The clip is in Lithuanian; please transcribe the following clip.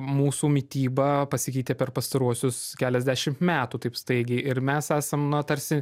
mūsų mityba pasikeitė per pastaruosius keliasdešimt metų taip staigiai ir mes esam na tarsi